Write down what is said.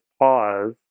pause